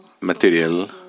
material